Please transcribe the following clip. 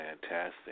fantastic